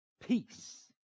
Peace